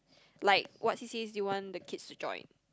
like what C_C_As do you want the kids to join